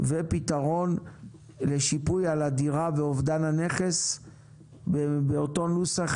ופתרון לשיפוי על הדירה ואובדן הנכס באותו נוסח